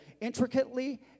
intricately